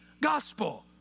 gospel